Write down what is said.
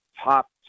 top